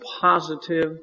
positive